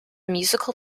musical